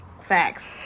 facts